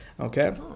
Okay